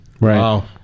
Right